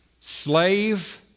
slave